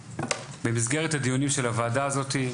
במסגרת הדיונים של הוועדה הזאתי,